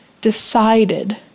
decided